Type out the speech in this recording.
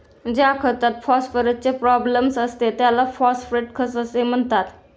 ज्या खतात फॉस्फरसचे प्राबल्य असते त्याला फॉस्फेट खत असे म्हणतात